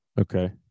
Okay